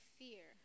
fear